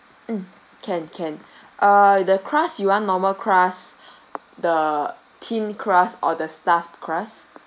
mm can can uh the crust you want normal crust the thin crust or the stuffed crust